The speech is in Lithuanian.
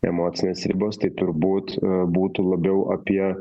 emocinės ribos tai turbūt būtų labiau apie